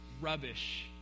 rubbish